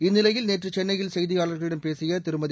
இந்நிலையில் நேற்று சென்னையில் செய்தியாளர்களிடம் பேசிய திருமதி